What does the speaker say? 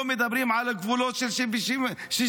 לא מדברים על גבולות של 67'?